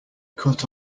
cut